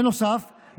בנוסף,